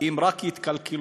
הם רק יתקלקלו,